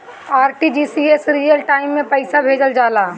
RTGS में real time में पइसा भेजल जाला